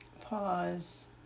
pause